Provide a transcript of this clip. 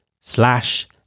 slash